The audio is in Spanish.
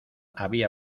había